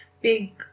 big